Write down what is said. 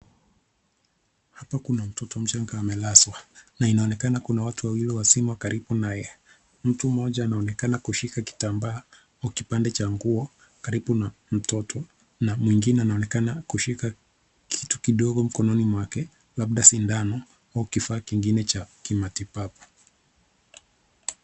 Hapa kuna mtoto mchanga amelazwa na inaonekana kuna watu wawili wazima karibu naye. Mtu mmoja anaonekana kushika kitambaa wa kipande cha nguo karibu na mtoto na mwingine anaonekana kushika kitu kidogo mkononi mwake labda sindano au kifaa kingine cha matibabu.